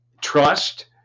trust